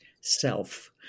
self